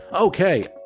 Okay